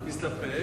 מסתפק,